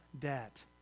debt